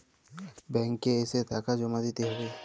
Bank এ এসে টাকা জমা দিতে হবে?